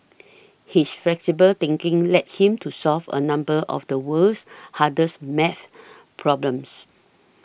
his flexible thinking led him to solve a number of the world's hardest math problems